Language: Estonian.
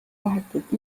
vahetult